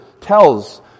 tells